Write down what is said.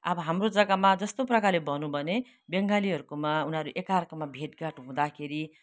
अब हाम्रो जग्गामा जस्तो प्रकारले भनौँ भने बङ्गालीहरूकोमा उनीहरू एकाअर्कामा भेटघाट हुँदाखेरि